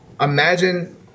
Imagine